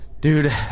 Dude